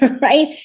right